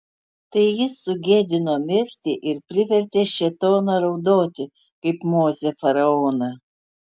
tai jis sugėdino mirtį ir privertė šėtoną raudoti kaip mozė faraoną